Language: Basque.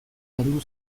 heldu